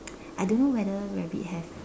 I don't know whether rabbit have